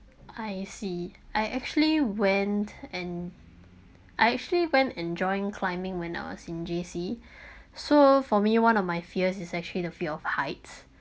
I see I actually went and I actually went enjoying climbing when I was in J_C so for me one of my fears is actually the fear of heights